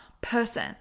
person